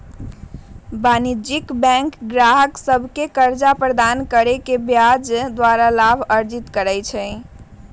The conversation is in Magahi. वाणिज्यिक बैंक गाहक सभके कर्जा प्रदान कऽ के ब्याज द्वारा लाभ अर्जित करइ छइ